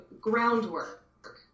groundwork